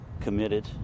committed